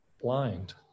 blind